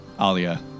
Alia